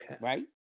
Right